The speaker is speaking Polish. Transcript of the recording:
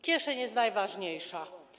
Kieszeń jest najważniejsza.